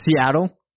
Seattle